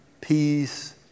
peace